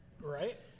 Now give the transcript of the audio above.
Right